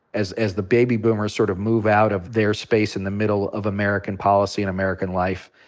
as as the baby boomers sort of move out of their space in the middle of american policy and american life,